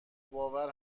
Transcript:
باور